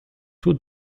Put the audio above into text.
two